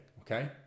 okay